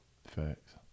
Facts